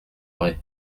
vrai